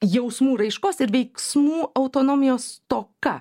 jausmų raiškos ir veiksmų autonomijos stoka